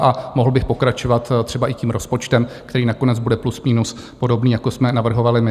A mohl bych pokračovat třeba i tím rozpočtem, který nakonec bude plus minus podobný, jako jsme navrhovali my.